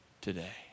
today